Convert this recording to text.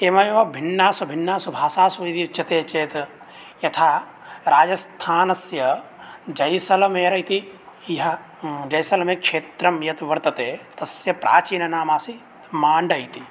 इमाः एव भिन्नासु भिन्नासु भाषासु यदि उच्यन्ते चेत् यथा राजस्थानस्य जैसलमेर इति यः जैसल्मेरक्षेत्रं यत् वर्तते तस्य प्राचीनं नामासीत् माण्डः इति